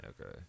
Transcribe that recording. Okay